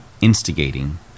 instigating